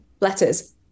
letters